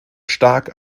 stark